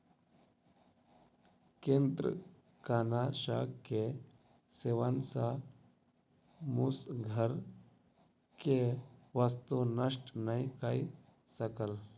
कृंतकनाशक के सेवन सॅ मूस घर के वस्तु नष्ट नै कय सकल